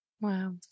Wow